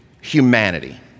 humanity